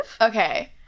Okay